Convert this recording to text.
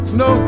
no